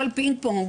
כל פינג-פונג,